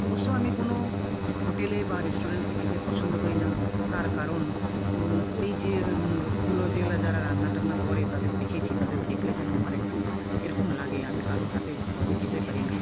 অবশ্য আমি কোনো হোটেলে বা রেস্টুরেন্টে খেতে পছন্দ করি না তার কারণ ওই যে লোকগুলো যেলা যারা রান্না টান্না করে তাদের দেখেছি তাদের দেখলে যেন আমার একটু কিরকম লাগে আমি কারো হাতে সহজে খেতে পারি না